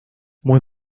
muy